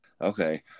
Okay